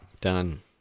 Done